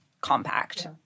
compact